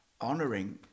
honoring